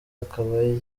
akaba